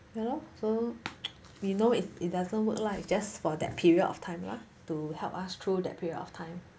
ya lor so we know if it doesn't work lah it's just for that period of time lah to help us through that period of time